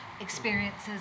experiences